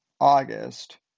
August